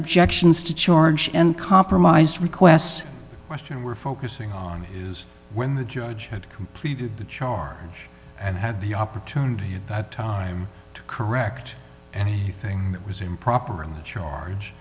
objections to charge and compromised requests question were focusing on is when the judge had completed the charge and had the opportunity at that time to correct any thing that was improper